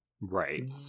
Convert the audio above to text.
right